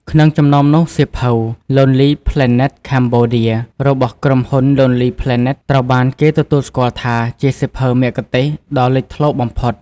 ក្នុងចំណោមនោះ សៀវភៅ “Lonely Planet Cambodia” របស់ក្រុមហ៊ុន Lonely Planet ត្រូវបានគេទទួលស្គាល់ថាជាសៀវភៅមគ្គុទ្ទេសក៍ដ៏លេចធ្លោបំផុត។